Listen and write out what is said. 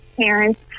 parents